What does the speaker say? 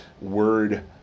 word